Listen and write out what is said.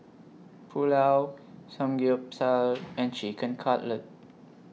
Pulao Samgeyopsal and Chicken Cutlet